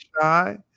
Shy